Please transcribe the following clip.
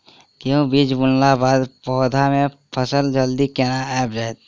गेंहूँ बीज बुनला बाद पौधा मे फसल जल्दी केना आबि जाइत?